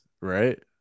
right